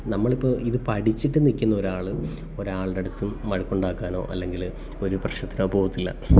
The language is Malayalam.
നമ്മളിപ്പോൾ ഇതു പഠിച്ചിട്ട് നിൽക്കുന്ന ഒരാൾ ഒരാളുടടുത്തും വഴക്കുണ്ടാക്കാനോ അല്ലെങ്കിൽ ഒരു പ്രശ്നത്തിനൊ പോകത്തില്ല